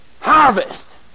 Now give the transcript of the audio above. harvest